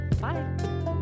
Bye